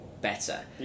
better